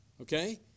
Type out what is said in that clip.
okay